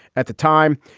at the time,